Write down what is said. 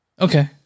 Okay